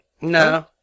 No